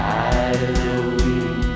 Halloween